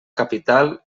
capital